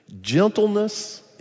gentleness